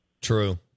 True